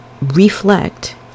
reflect